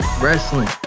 Wrestling